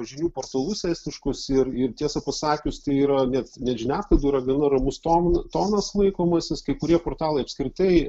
žinių portalus estiškus ir ir tiesą pasakius tai yra net net žiniasklaidoj yra gana ramus to tonas laikomasis kai kurie portalai apskritai